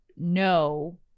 no